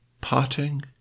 potting